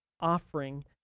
offering